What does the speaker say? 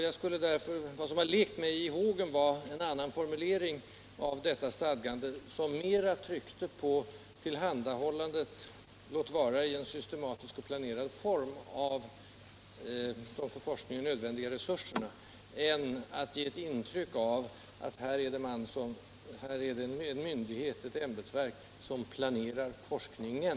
Vad som har lekt mig i hågen är en annan formulering av detta stadgande, som mera tryckte på tillhandahållandet — låt vara i en systematisk och planerad form — av de för forskningen nödvändiga resurserna än att ge ett intryck av att här är det en myndighet, ett ämbetsverk, som planerar forskningen.